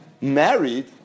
married